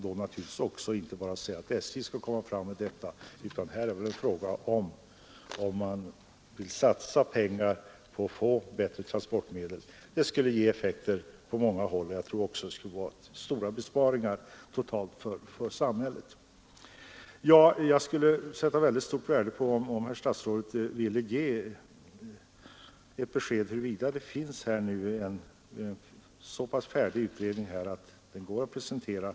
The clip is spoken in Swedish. Detta gäller inte bara internt för SJ, utan det är fråga om att satsa pengar för att få fram bättre transportmedel, vilket skulle ha positiv effekt på många sätt och medföra stora besparingar totalt sett för samhället. Jag skulle sätta mycket värde på om herr statsrådet ville ge besked om huruvida den utredning det gäller har kommit så långt att den kan presenteras.